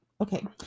Okay